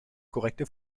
korrekte